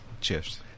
cheers